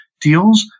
deals